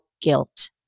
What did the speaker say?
guilt